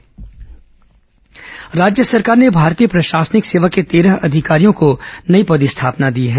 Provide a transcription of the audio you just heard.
पदस्थापना राज्य सरकार ने भारतीय प्रशासनिक सेवा के तेरह अधिकारियों को नई पदस्थापना दी है